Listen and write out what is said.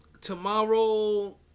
tomorrow